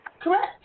Correct